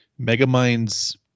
megamind's